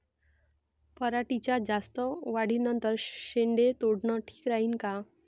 पराटीच्या जास्त वाढी नंतर शेंडे तोडनं ठीक राहीन का?